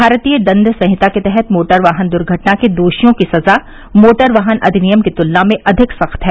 भारतीय दंड संहिता के तहत मोटर वाहन दुर्घटना के दोषियों की सजा मोटर वाहन अधिनियम की तुलना में अधिक सख्त है